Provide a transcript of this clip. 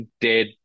dead